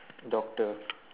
doctor